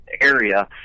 area